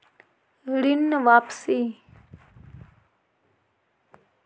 ऋण वापसी?